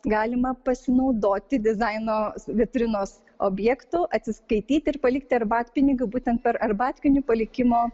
galima pasinaudoti dizaino vitrinos objektu atsiskaityti ir palikti arbatpinigių būtent per arbatpinigių palikimo